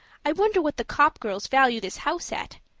i wonder what the copp girls value this house at.